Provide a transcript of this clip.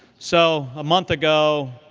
so a month ago,